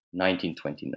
1929